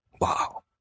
Wow